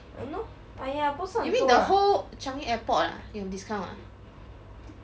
!hannor! !aiya! 不是很多 lah